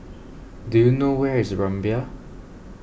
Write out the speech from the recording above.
do you know where is Rumbia